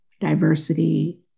diversity